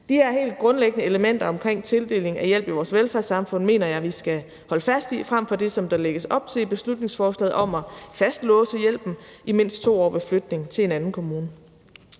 De her helt grundlæggende elementer omkring tildeling af hjælp i vores velfærdssamfund mener jeg vi skal holde fast i frem for i det, som der lægges op til i beslutningsforslaget, om at fastlåse hjælpen i mindst 2 år ved flytning til en anden kommune.